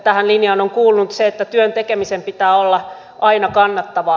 tähän linjaan on kuulunut se että työn tekemisen pitää olla aina kannattavaa